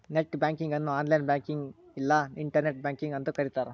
net banking ಅನ್ನು online ಬ್ಯಾಂಕಿಂಗ್ನ ಇಲ್ಲಾ ಇಂಟರ್ನೆಟ್ ಬ್ಯಾಂಕಿಂಗ್ ಅಂತೂ ಕರಿತಾರ